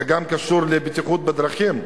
זה גם קשור לבטיחות בדרכים,